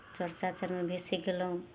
चर चाँचरमे बेसी गेलहुँ